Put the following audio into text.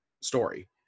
story